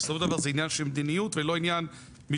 בסופו של דבר זה עניין של מדיניות ולא עניין משפטי